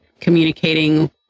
Communicating